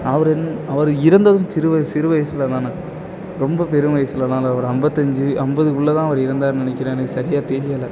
அவர் அவர் இறந்ததும் சிறு வயசு சிறு வயதுல தானே ரொம்ப பெரும் வயசுலலாம் இல்லை ஒரு ஐம்பத்தஞ்சி ஐம்பது குள்ள தான் அவர் இறந்தாருன்னு நினக்கிறேன் எனக்கு சரியாக தெரியலை